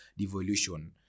devolution